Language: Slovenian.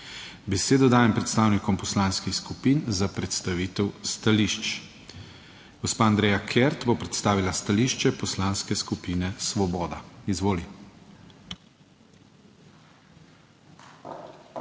Besedo dajem predstavnikom poslanskih skupin za predstavitev stališč. Gospa Andreja Kert bo predstavila stališče Poslanske skupine Svoboda. Izvoli.